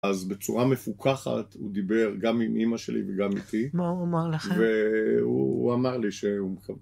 אז בצורה מפוקחת הוא דיבר גם עם אימא שלי וגם איתי. מה הוא אומר לכם? והוא אמר לי שהוא מקבל.